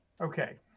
Okay